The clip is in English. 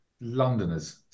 Londoners